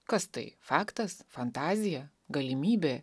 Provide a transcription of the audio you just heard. kas tai faktas fantazija galimybė